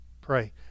pray